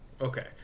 Okay